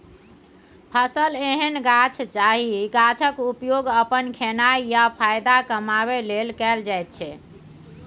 फसल एहन गाछ जाहि गाछक उपयोग अपन खेनाइ या फाएदा कमाबै लेल कएल जाइत छै